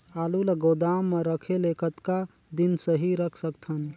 आलू ल गोदाम म रखे ले कतका दिन सही रख सकथन?